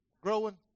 growing